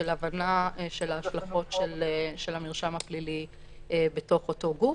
של הבנה של ההשלכות של המרשם הפלילי בתוך אותו גוף.